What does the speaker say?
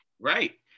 Right